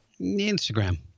Instagram